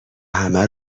همه